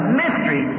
mystery